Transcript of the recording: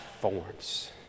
Forms